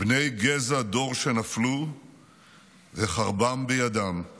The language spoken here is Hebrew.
"בני גזע דוד שנפלו וחרבם בידם /